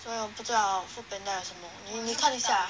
所以我不知道 Foodpanda 有什么我也是看一下